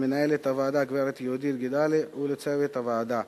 למנהלת הוועדה גברת יהודית גידלי ולצוות הוועדה,